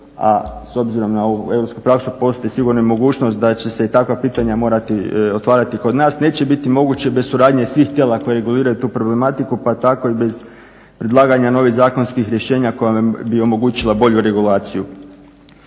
a s obzirom na ovu Europsku praksu postoji sigurno i mogućnost da će se i takva pitanja morati otvarati kod nas. Neće biti moguće bez suradnje svih tijela koji reguliraju tu problematiku, pa tako i bez predlaganja novih zakonskih rješenja koja bi omogućila bolju regulaciju.